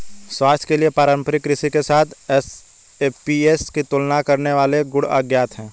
स्वास्थ्य के लिए पारंपरिक कृषि के साथ एसएपीएस की तुलना करने वाले गुण अज्ञात है